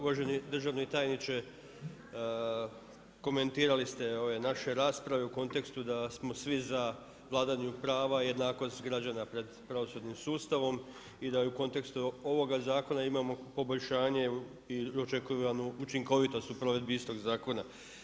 Uvaženi državni tajniče, komentirali ste ove naše rasprave u kontekstu da smo svi za vladavinu prava, jednakost građana pred pravosudnim sustavom i da i u kontekstu ovoga zakona imamo poboljšanje i očekivanu učinkovitost u provedbi istog zakona.